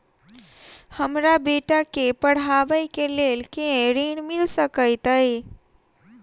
हमरा बेटा केँ पढ़ाबै केँ लेल केँ ऋण मिल सकैत अई?